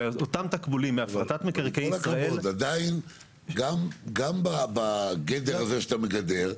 ועם כל הכבוד, עדיין גם בגדר הזה שאתה מגדר.